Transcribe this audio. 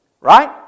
right